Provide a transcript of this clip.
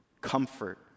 comfort